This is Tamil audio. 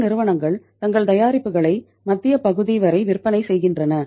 இந்த நிறுவனங்கள் தங்கள் தயாரிப்புகளை மத்திய பகுதி வரை விற்பனை செய்கின்றன